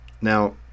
now